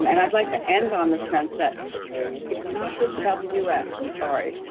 um and i'd like to end on the sense that it's not just about the us, i'm sorry.